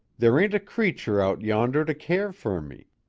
there ain't a creature out yonder to care fer me,